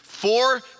Four